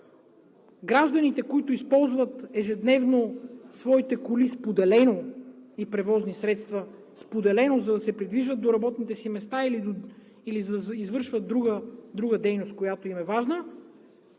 гражданите, които използват ежедневно своите коли и превозни средства споделено, за да се придвижват до работните си места или за да извършват друга дейност, която им е важна,